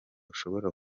ashobora